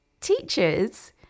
teachers